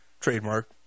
Trademark